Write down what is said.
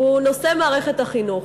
הוא מערכת החינוך.